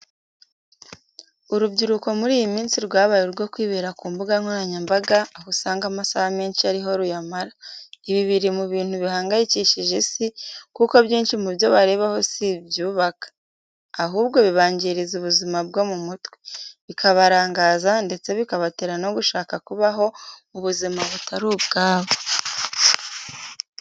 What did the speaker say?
Urubyiruko muri iyi minsi rwabaye urwo kwibera ku mbuga nkoranyambaga, aho usanga amasaha menshi ariho ruyamara. Ibi biri mu bintu bihangayikishije isi, kuko byinshi mu byo barebaho si ibyubaka, ahubwo bibangiriza ubuzima bwo mu mutwe, bikabarangaza ndetse bikabatera no gushaka kubaho mu buzima butari ubwabo.